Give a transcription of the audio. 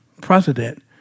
president